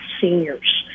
seniors